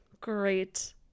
Great